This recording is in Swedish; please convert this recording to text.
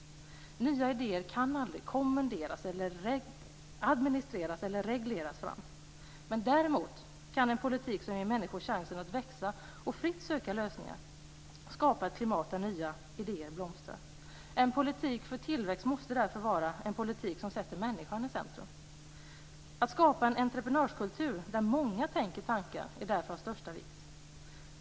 Nya idéer kan aldrig kommenderas, administreras eller regleras fram. Däremot kan en politik som ger människor chansen att växa och fritt söka lösningar skapa ett klimat där nya idéer blomstrar. En politik för tillväxt måste därför vara en politik som sätter människan i centrum. Att skapa en entreprenörskultur där många tänker tankar är därför av största vikt.